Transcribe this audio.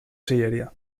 sillería